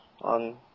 on